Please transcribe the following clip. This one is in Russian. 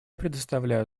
предоставляю